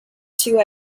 two